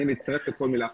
אני מצטרף לכל מילה.